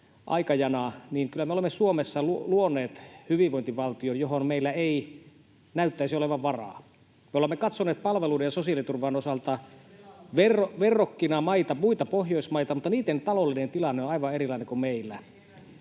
niin kyllä me olemme Suomessa luoneet hyvinvointivaltion, johon meillä ei näyttäisi olevan varaa. Me olemme katsoneet palveluiden ja sosiaaliturvan osalta [Sari Sarkomaan välihuuto] verrokkina muita Pohjoismaita, mutta niitten taloudellinen tilanne on aivan erilainen kuin meillä.